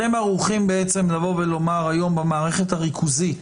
אתם ערוכים לומר היום במערכת הריכוזית,